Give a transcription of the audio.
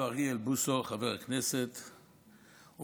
חבר הכנסת הרב אריאל בוסו,